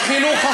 בחינוך,